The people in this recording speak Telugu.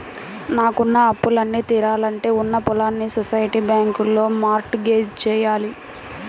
నాకున్న అప్పులన్నీ తీరాలంటే ఉన్న పొలాల్ని సొసైటీ బ్యాంకులో మార్ట్ గేజ్ జెయ్యాల